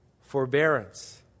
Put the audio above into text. Forbearance